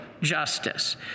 justice